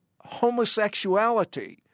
homosexuality